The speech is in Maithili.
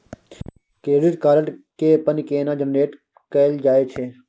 क्रेडिट कार्ड के पिन केना जनरेट कैल जाए छै?